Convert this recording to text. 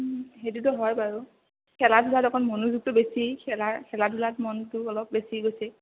সেইটোতো হয় বাৰু খেলা ধূলাত অকণ মনোযোগটো বেছি খেলাৰ খেলা ধূলাত মনটো অলপ বেছি গৈছে